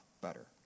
better